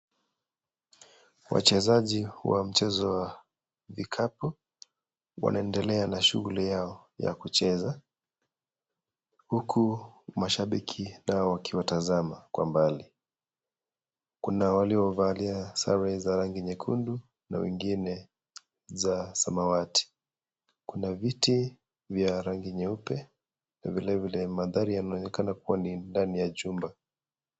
Wachezaji, wa mchezo wa, vikapu, wanaendelea na shuguli yao, ya kucheza hukuashabiki, nao wakiwatazama, kwa mbali, kuna walio valia, sare za rangi nyekundu, na wengine, za, samawati, kuna viti vya rangi nyeupe, vile vile manthari yanaonekana kuwa ni ndani ya chumba.